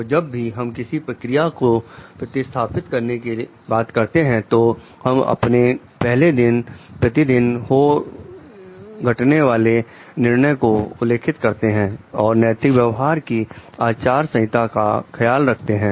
तो जब भी हम किसी प्रक्रिया को प्रतिस्थापित करने की बात करते हैं तो हम उसके पहले दिन प्रतिदिन हो घटने वाले निर्णय को उल्लेखित करते हैं और नैतिक व्यवहार की आचार संहिता का ख्याल रखते हैं